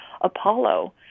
Apollo